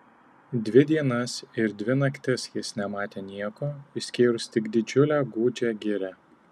dvi dienas ir dvi naktis jis nematė nieko išskyrus tik didžiulę gūdžią girią